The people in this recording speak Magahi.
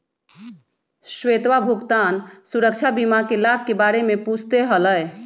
श्वेतवा भुगतान सुरक्षा बीमा के लाभ के बारे में पूछते हलय